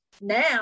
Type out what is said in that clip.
now